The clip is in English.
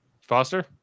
Foster